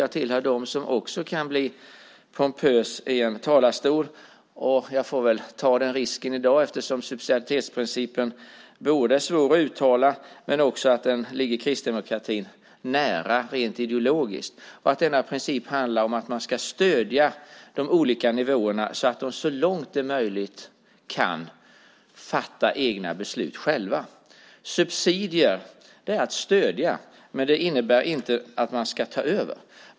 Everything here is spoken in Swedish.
Jag hör till dem som också kan bli pompös i en talarstol. Jag får väl ta den risken i dag, eftersom subsidiaritetsprincipen är svår att uttala men också ligger Kristdemokraterna nära rent ideologiskt. Denna princip handlar om att man ska stödja de olika nivåerna så att de så långt det är möjligt kan fatta egna beslut själva. Subsidier betyder att stödja. Men det innebär inte att man ska ta över.